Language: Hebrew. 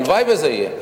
הלוואי שזה יהיה,